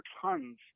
tons